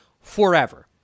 forever